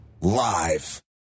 live